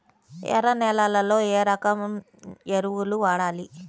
ఎర్ర నేలలో ఏ రకం ఎరువులు వాడాలి?